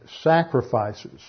sacrifices